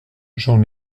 j’en